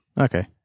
Okay